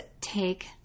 take